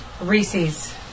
Reese's